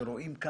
כשרואים פה